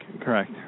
Correct